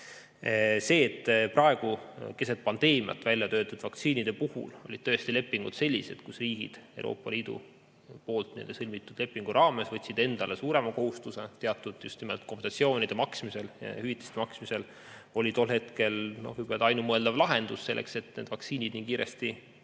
See, et praegu keset pandeemiat välja töötatud vaktsiinide puhul olid tõesti lepingud sellised, kus riigid Euroopa Liidu sõlmitud lepingu raames võtsid endale suurema kohustuse teatud kompensatsioonide maksmisel, hüvitiste maksmisel, oli tol hetkel, võib öelda, ainumõeldav lahendus selleks, et need vaktsiinid nii kiiresti